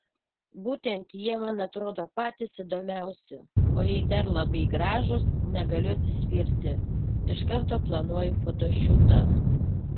būtent jie man atrodo patys įdomiausi o jei dar labai gražūs negaliu atsispirti iš karto planuoju fotošiūtą